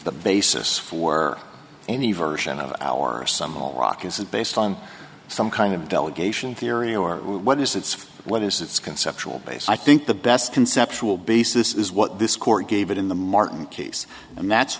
the basis for any version of our some rock isn't based on some kind of delegation theory or what is its what is its conceptual base i think the best conceptual basis is what this court gave it in the martin case and that's